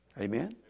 Amen